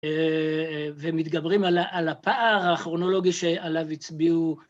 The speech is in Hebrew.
ומתגברים על הפער הכרונולוגי שעליו הצביעו. .